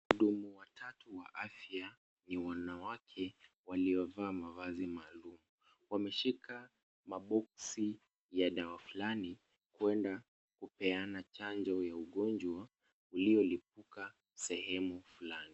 Wahudumu watatu wa afya, ni wanawake waliovaa mavazi maalum. Wameshika maboksi ya dawa fulani huenda hupeana chanjo ya ugonjwa uliolipuka sehemu fulani.